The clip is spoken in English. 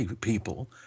people